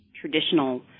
traditional